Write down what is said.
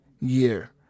year